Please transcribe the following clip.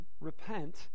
repent